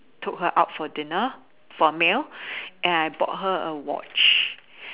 took her out for dinner for a meal and I bought her a watch